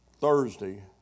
Thursday